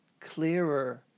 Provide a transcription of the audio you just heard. clearer